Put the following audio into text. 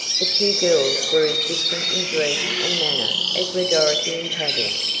the two girls were as different in dress and manner as were dorothy and tavia,